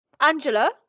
Angela